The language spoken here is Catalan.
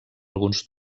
alguns